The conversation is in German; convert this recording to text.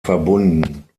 verbunden